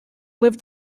lived